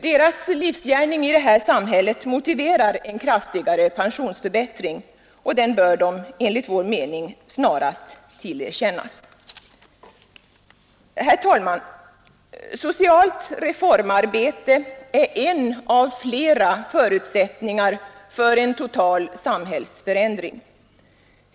Deras livsgärning i detta samhälle motiverar en kraftigare pensionsförbättring. De bör enligt vår mening snarast tillerkännas en sådan. Herr talman! Socialt reformarbete är en av flera förutsättningar för en total samhällsförändring.